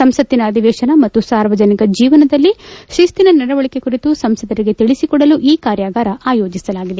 ಸಂಸತ್ತಿನ ಅಧಿವೇಶನ ಮತ್ತು ಸಾರ್ವಜನಿಕ ಜೀವನದಲ್ಲಿ ಶಿಸ್ತಿನ ನಡವಳಿಕೆ ಕುರಿತು ಸಂಸದರಿಗೆ ತಿಳಿಸಿಕೊಡಲು ಈ ಕಾರ್ಯಾಗಾರ ಆಯೋಜಿಸಲಾಗಿದೆ